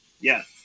Yes